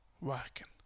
working